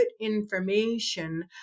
information